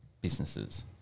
businesses